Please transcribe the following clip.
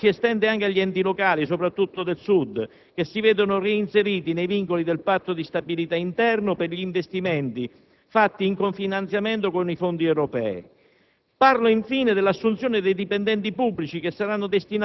senza *toner* dei tribunali e così via. Ma il danno si estende anche agli enti locali, soprattutto del Sud, che si vedono reinseriti nei vincoli del Patto di stabilità interno per gli investimenti fatti in cofinanziamento con i fondi europei.